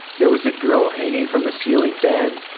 there was a girl hanging from the ceiling fan.